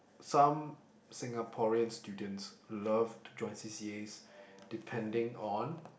some Singaporean students love to join C_C_As depending on